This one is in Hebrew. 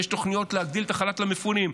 יש תוכניות להגדיל את החל"ת למפונים,